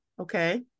okay